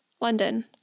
London